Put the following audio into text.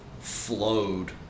flowed